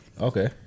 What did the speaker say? Okay